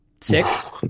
Six